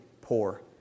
poor